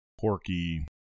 porky